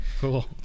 Cool